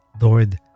Lord